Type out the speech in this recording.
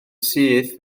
syth